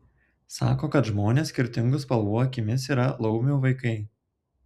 sako kad žmonės skirtingų spalvų akimis yra laumių vaikai